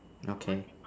okay